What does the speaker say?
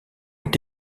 est